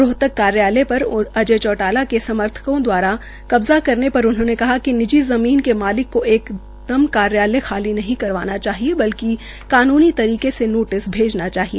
रोहतक कार्यालय पर अजय चौटाला के समर्थकों द्वारा कबजा करने पर उन्होंने कहा कि निजी ज़मीन के मालिक को एकदम कार्यालय खाली नहीं करवाना चाहिये बल्कि कानूनी तरीके से नोटिस भेजना चाहिए